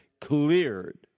cleared